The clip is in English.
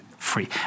free